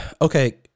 Okay